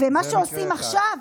ומה שעושים עכשיו,